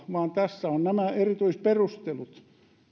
vaan tässä on nämä erityisperustelut